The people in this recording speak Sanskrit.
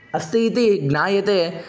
अस्ति इति ज्ञायते